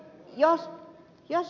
näin on